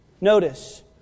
Notice